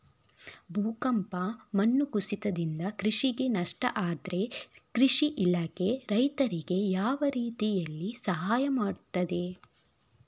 ಭೂಕಂಪ, ಮಣ್ಣು ಕುಸಿತದಿಂದ ಕೃಷಿಗೆ ನಷ್ಟ ಆದ್ರೆ ಕೃಷಿ ಇಲಾಖೆ ರೈತರಿಗೆ ಯಾವ ರೀತಿಯಲ್ಲಿ ಸಹಾಯ ಮಾಡ್ತದೆ?